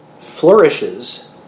flourishes